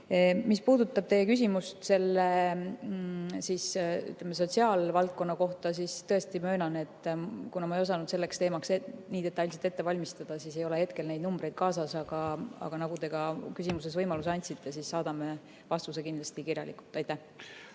Mis puudutab teie küsimust sotsiaalvaldkonna kohta, siis tõesti möönan, et kuna ma ei osanud selleks teemaks nii detailselt ette valmistada, siis ei ole hetkel mul neid numbreid kaasas. Aga nagu te ka küsimuses võimaluse andsite, saadame vastuse kindlasti kirjalikult. Aitäh!